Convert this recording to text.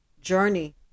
journey